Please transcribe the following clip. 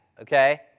okay